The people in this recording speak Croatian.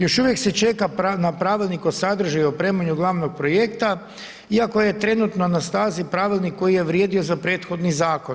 Još uvijek se čeka na pravilnik o sadržaju i opremanju glavnog projekta iako je trenutno na snazi pravilnik koji je vrijedio za prethodni zakon.